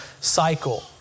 cycle